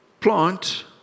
plant